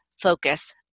focus